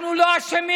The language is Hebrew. אנחנו לא אשמים.